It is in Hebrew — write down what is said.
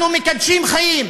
אנחנו מקדשים חיים.